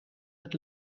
het